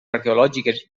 arqueològiques